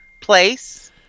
place